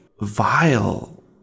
vile